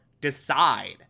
decide